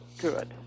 Good